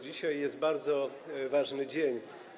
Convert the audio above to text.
Dzisiaj jest bardzo ważny dzień.